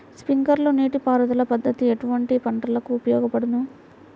Sprinkler నీటిపారుదల పద్దతి ఎటువంటి పంటలకు ఉపయోగపడును?